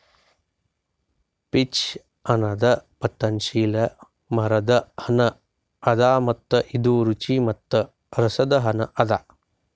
peach ಅನದ್ ಪತನಶೀಲ ಮರದ್ ಹಣ್ಣ ಅದಾ ಮತ್ತ ಇದು ರುಚಿ ಮತ್ತ ರಸದ್ ಹಣ್ಣ ಅದಾ